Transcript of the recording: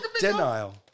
Denial